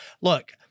Look